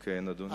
כן, אדוני.